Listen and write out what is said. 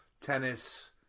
tennis